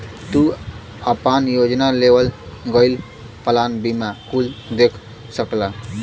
तू आपन योजना, लेवल गयल प्लान बीमा कुल देख सकला